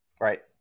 Right